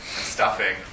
stuffing